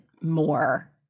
more